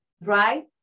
Right